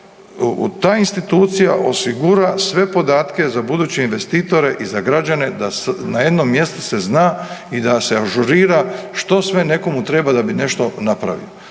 ta institucija osigura sve podatke za buduće investitore i za građane da na jednom mjestu se zna i da se ažurira što sve nekome treba da bi nešto napravio.